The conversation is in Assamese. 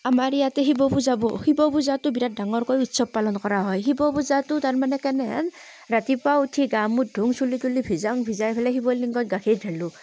আমাৰ ইয়াতে শিৱ পূজাব শিৱ পূজাটো বিৰাট ডাঙৰকৈ উৎসৱ পালন কৰা হয় শিৱ পূজাটো তাৰ মানে কেনেহেন ৰাতিপুৱা উঠি গা মূৰ ধুওঁ চুলি তুলি ভিজাং ভিজাই পেলাই শিৱ লিংগত গাখীৰ ঢালোঁ